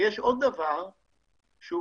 ויש עוד דבר דרמטי